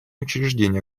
учреждение